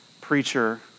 preacher